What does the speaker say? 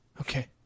Okay